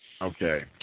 Okay